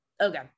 Okay